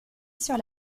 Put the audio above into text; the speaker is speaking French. sur